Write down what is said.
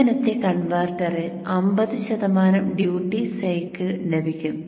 ഇങ്ങനത്തെ കൺവെർട്ടറിൽ 50 ശതമാനം ഡ്യൂട്ടി സൈക്കിൾ ലഭിക്കും